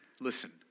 listen